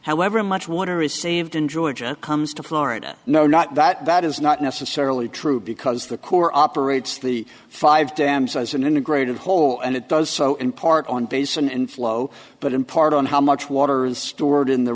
however much water is saved in georgia comes to florida no not that that is not necessarily true because the corps operates the five dams as an integrated whole and it does so in part on basin and flow but in part on how much water is stored in the